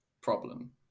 problem